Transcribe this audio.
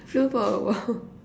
flew for awhile